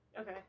okay